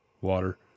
water